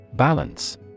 Balance